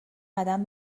قدم